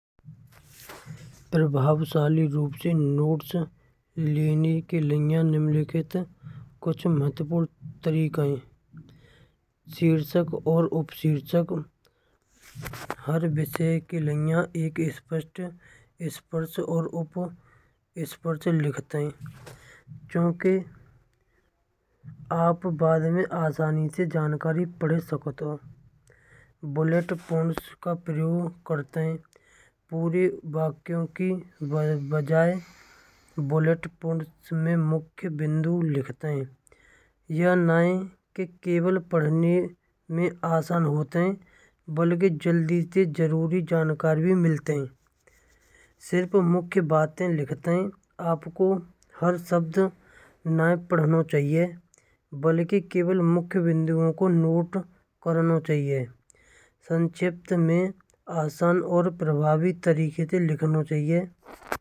प्रभावशाली रूप से नोट्स लेने के लिए निम्नलिखित कुछ महत्वपूर्ण तरीका ह। शीर्षक और उपशीर्षक हर विषय का लिया एक स्पष्टता और स्पर्श और उप स्पष्ट लिखते हैं क्योंकि आप बाद में आसानी से जानकारी पढ़ सकते हो। बुलेटपॉइंट्स का प्रयोग करते हैं पूरे वाक्यों की बजाय बुलेटपॉइंट्स में मुख्य बिंदु लिखते हैं। यह नये की केवल पढ़ने में आसान होते हैं बल्कि जल्दी से जरूरी जानकारी भी मिलते हैं। सिर्फ मुख्य बातें लिखते हैं आपको हर शब्द नया पढ़ना चाहिए बल्कि केवल मुख्य बिंदुओं को नोट करना चाहिए संक्षिप्त में आसान और प्रभावी तरीके से लिखना चाहिए।